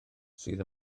sydd